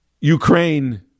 Ukraine